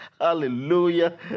Hallelujah